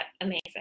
amazing